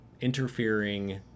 interfering